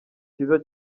cyiza